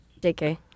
JK